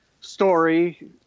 story